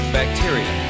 bacteria